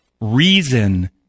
reason